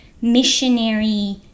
missionary